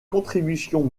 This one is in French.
contributions